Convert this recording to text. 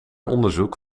onderzoek